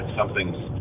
something's